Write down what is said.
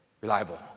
reliable